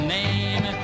name